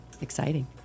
exciting